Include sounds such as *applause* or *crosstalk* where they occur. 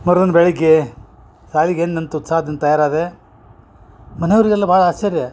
ಮರ್ದಿನ ಬೆಳಗ್ಗೆ *unintelligible* ಉತ್ಸಾಹದಿಂದ ತಯಾರಾದೆ ಮನೆವ್ರಿಗೆಲ್ಲ ಭಾಳ ಆಶ್ಚರ್ಯ